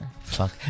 Fuck